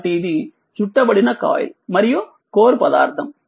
కాబట్టిఇది చుట్టబడిన కాయిల్ మరియు కోర్ పదార్థం